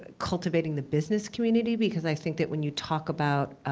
cultivating the business community, because i think that when you talk about